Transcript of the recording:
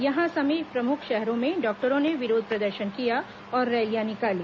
यहां सभी प्रमुख शहरों में डॉक्टरों ने विरोध प्रदर्शन किया और रैलियां निकाली